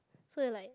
so like